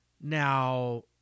Now